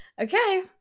Okay